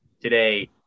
today